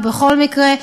ובכל מקרה,